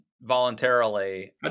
voluntarily